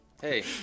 Hey